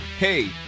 Hey